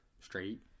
straight